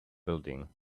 building